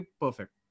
perfect